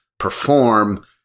perform